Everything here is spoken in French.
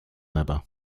abat